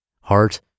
heart